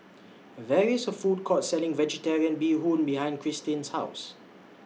There IS A Food Court Selling Vegetarian Bee Hoon behind Christin's House